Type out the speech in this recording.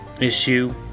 Issue